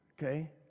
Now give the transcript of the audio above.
Okay